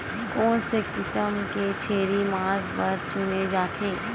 कोन से किसम के छेरी मांस बार चुने जाथे?